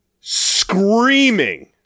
screaming